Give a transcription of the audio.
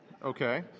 Okay